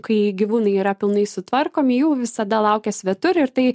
kai gyvūnai yra pilnai sutvarkomi jų visada laukia svetur ir tai